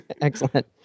Excellent